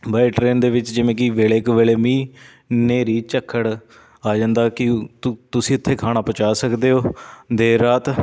bye train ਦੇ ਵਿੱਚ ਜਿਵੇਂ ਕਿ ਵੇਲੇ ਕਵੇਲੇ ਮੀਂਹ ਨੇਰੀ ਝੱਖੜ ਆ ਜਾਂਦਾ ਕੀ ਤੁ ਤੁਸੀਂ ਉੱਥੇ ਖਾਣਾ ਪਹੁੰਚਾ ਸਕਦੇ ਹੋ ਦੇਰ ਰਾਤ